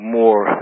more